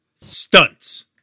stunts